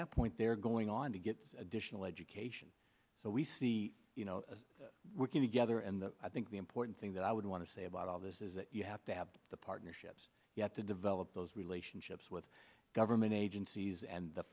that point they're going on to get additional education so we see you know a working together and i think the important thing that i would want to say about all this is that you have to have the partnerships you have to develop those relationships with government agencies and the